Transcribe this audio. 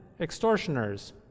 extortioners